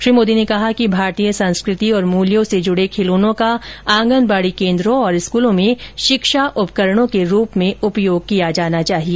श्री मोदी ने कहा कि भारतीय संस्कृति और मुल्यों से जुडे खिलौनों का आंगनबाडी केन्द्रों और स्कूलों में शिक्षा उपकरणों के रूप में उपयोग किया जाना चाहिए